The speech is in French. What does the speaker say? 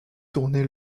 tournait